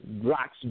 Rocks